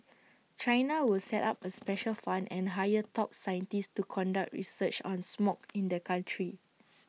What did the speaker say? China will set up A special fund and hire top scientists to conduct research on smog in the country